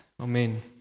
Amen